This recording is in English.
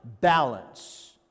balance